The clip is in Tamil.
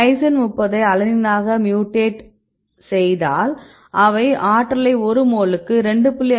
லைசின் 30 ஐ அலனினாக மியூடேட்டட் செய்தால் அவை ஆற்றலை ஒரு மோலுக்கு 2